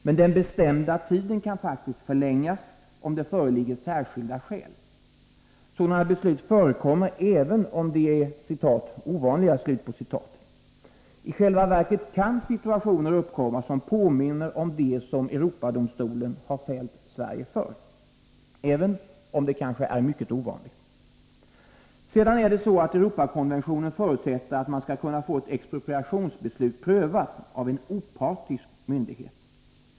Men den bestämda tiden kan faktiskt förlängas om det föreligger särskilda skäl. Sådana beslut förekommer, även om de är ”ovanliga”. I själva verket kan situationer uppkomma som påminner om dem som Europadomstolen har fällt Sverige för, även om det kanske är mycket ovanligt. Sedan är det så att Europakonventionen förutsätter att man skall kunna få ett expropriationsbeslut prövat av en opartisk myndighet.